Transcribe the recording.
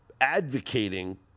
advocating